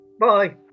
Bye